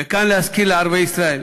וכאן להזכיר לערביי ישראל,